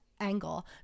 angle